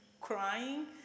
crying